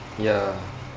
ya